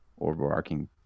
overarching